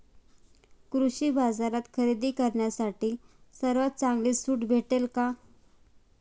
कृषी बाजारात खरेदी करण्यासाठी सर्वात चांगली सूट भेटेल का?